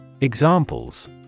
Examples